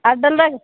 ಅಡ್ಡಲ್ದಾಗೆ